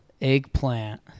eggplant